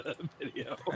video